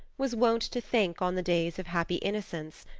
was wont to think on the days of happy innocence,